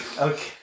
Okay